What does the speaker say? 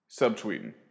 Subtweeting